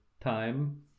time